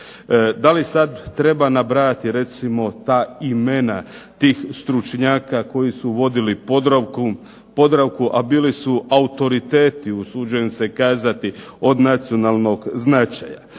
Da li sada treba nabrajati ta imena, tih stručnjaka koji su vodili Podravku a bili su autoriteti usuđujem se kazati od nacionalnog značaja.